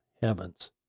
heavens